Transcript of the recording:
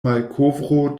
malkovro